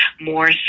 more